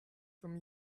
from